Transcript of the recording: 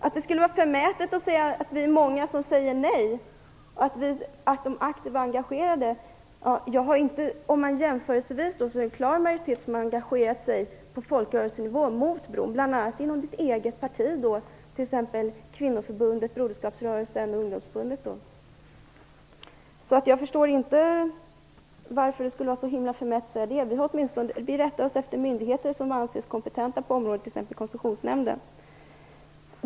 Att det skulle vara förmätet att säga att vi är många aktiva och engagerade som säger nej. Det är jämförelsevis en klar majoritet på folkrörelsenivå som har engagerat sig mot bron, bl.a. inom Bo Nilssons eget parti, t.ex. kvinnoförbundet, Broderskapsrörelsen och ungdomsförbundet. Därför förstår jag inte varför det skulle vara så himla förmätet att säga det. Vi rättar oss åtminstone efter myndigheter som anses kompetenta på området, t.ex. Koncessionsnämnden.